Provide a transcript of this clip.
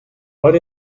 what